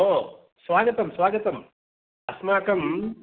ओ स्वागतं स्वागतम् अस्माकम्